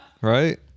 Right